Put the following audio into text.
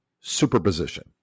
superposition